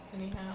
anyhow